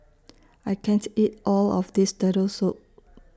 I can't eat All of This Turtle Soup